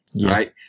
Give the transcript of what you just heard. right